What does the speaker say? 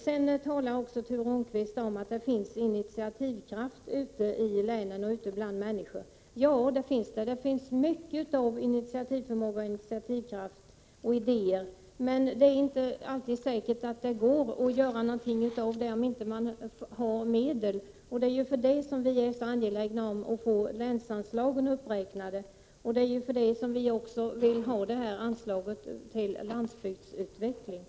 Ture Ångqvist säger också att det finns initiativkraft ute i länen och bland människorna. Ja, det finns mycket initiativförmåga, initiativkraft och idéer. Men det är inte alltid säkert att det går att göra något av detta om medel saknas. Därför är vi angelägna om att få länsanslagen uppräknade, och därför vill vi också ha ett anslag till landsbygdsutveckling.